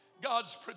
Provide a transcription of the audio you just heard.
God's